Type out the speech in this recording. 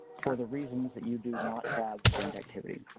for the reasons that you do not have grant activity.